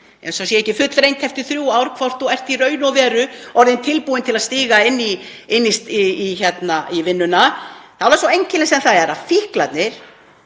eins og það sé ekki fullreynt eftir þrjú ár hvort þú sért í raun og veru orðinn tilbúinn til að stíga inn í vinnuna — þá er svo einkennilegt sem það er að fíklarnir,